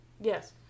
Yes